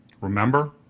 Remember